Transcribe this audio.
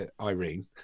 irene